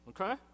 okay